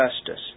justice